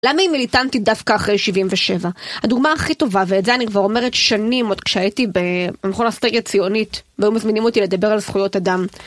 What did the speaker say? למה היא מיליטנטית דווקא אחרי 77? הדוגמה הכי טובה, ואת זה אני כבר אומרת שנים עוד כשהייתי במכון אסטרטגיה ציונית, והיו מזמינים אותי לדבר על זכויות אדם.